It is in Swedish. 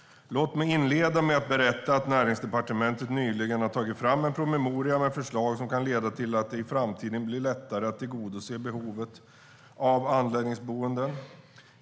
Låt mig inleda med att berätta att Näringsdepartementet nyligen har tagit fram en promemoria med förslag som kan leda till att det i framtiden blir lättare att tillgodose behovet av anläggningsboenden.